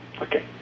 Okay